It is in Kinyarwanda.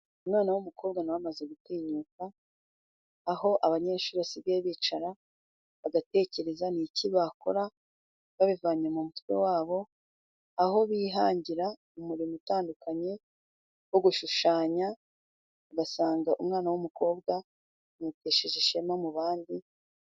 Umwana w'umukobwa nawe amaze gutinyuka aho abanyeshuri basigaye bicara bagatekereza ,ni iki bakora babivanye mu mutwe wabo aho bihangira umurimo, utandukanye wo gushushanya bagasanga, umwana w'umukobwa bimuhesheje ishema mu bandi.